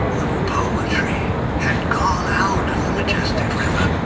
the poetry had gone out of the majestic river.